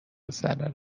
ضرر